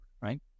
right